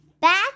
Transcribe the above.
Back